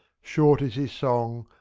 short is his song,